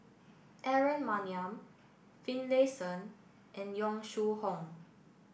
Aaron Maniam Finlayson and Yong Shu Hoong